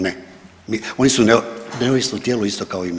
Ne, oni su neovisno tijelo isto kao i mi.